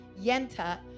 yenta